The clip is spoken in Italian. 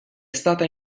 stata